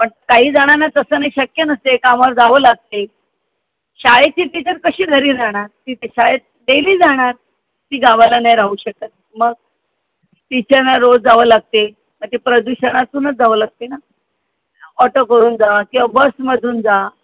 but काही जणांना तसं नाही तसं शक्य नसते कामावर जावं लागते शाळेची टीचर कशी घरी राहणार ती तर शाळेत डेली जाणार ती गावाला नाही राहू शकत मग टीचरना रोज जावे लागते मग ते प्रदूषणातूनच जावं लागते ना ऑटो करून जा किंवा बसमधून जा